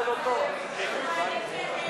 (קוראת בשמות חברי הכנסת)